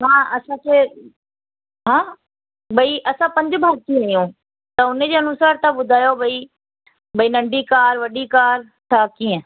हा असांखे हा भई असां पंज भाति आहियूं त उनजे अनुसार तव्हां ॿुधायो भाई भई नंढी कार वॾी कार छा कीअं